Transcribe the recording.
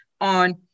on